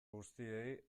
guztiei